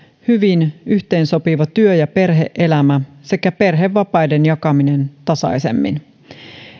hyvin yhteensopiva työ ja perhe elämä sekä perhevapaiden jakaminen tasaisemmin